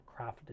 crafted